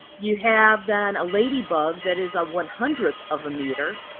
you have then a ladybug that is a one hundredth of a meter,